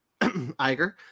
Iger